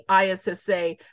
ISSA